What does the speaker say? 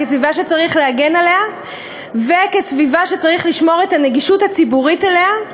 כסביבה שצריך להגן עליה וכסביבה שצריך לשמור את הנגישות הציבורית שלה,